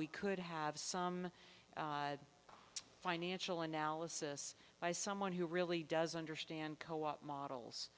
we could have some financial analysis by someone who really does understand co op models